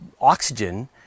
oxygen